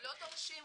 לא דורשים ראיה.